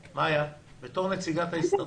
בתור נציגת ההסתדרות,